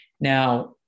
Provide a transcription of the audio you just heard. Now